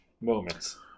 moments